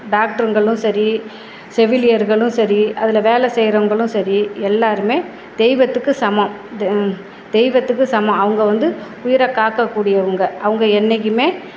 டாக்டருங்களும் சரி செவிலியர்களும் சரி அதில் வேலை செய்கிறவங்களும் சரி எல்லோருமே தெய்வத்துக்கு சமம் இந்த தெய்வத்துக்கு சமம் அவங்க வந்து உயிரை காக்கக்கூடியவங்க அவங்க என்றைக்குமே